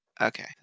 okay